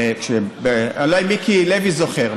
אולי מיקי לוי זוכר.